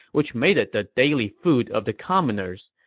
which made it the daily food of the commoners.